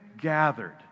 gathered